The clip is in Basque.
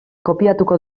kopiatuko